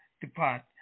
depart